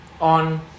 on